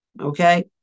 okay